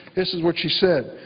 this is what she said.